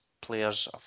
players